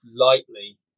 lightly